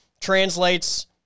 translates